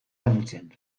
damutzen